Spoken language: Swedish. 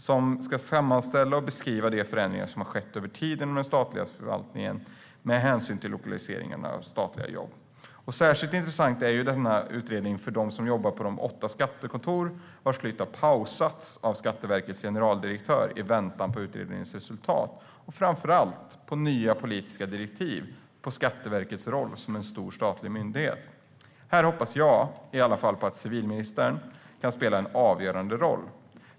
Den ska sammanställa och beskriva de förändringar som har skett över tid i den statliga förvaltningen med hänsyn till lokaliseringen av statliga jobb. Särskilt intressant är denna utredning för dem som jobbar på de åtta skattekontor vars flytt har "pausats" av Skatteverkets generaldirektör i väntan på utredningens resultat och framför allt på nya politiska direktiv för Skatteverket i dess roll som en stor statlig myndighet. Här hoppas i alla fall jag att civilministern kan spela en avgörande roll.